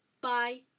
Bye